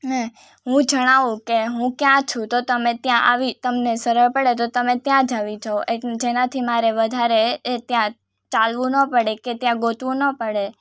ને હું જણાવું કે હું ક્યાં છું તો તમે ત્યાં આવી તમને સરળ પડે તો તમે ત્યાં જ આવી જાવ એટલે જેનાથી મારે વધારે એ ત્યાં ચાલવું ન પડે કે ત્યાં ગોતવું ન પડે